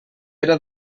era